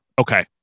Okay